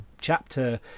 chapter